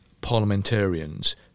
parliamentarians